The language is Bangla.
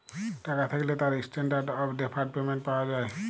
টাকা থ্যাকলে তার ইসট্যানডারড অফ ডেফারড পেমেন্ট পাওয়া যায়